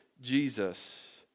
Jesus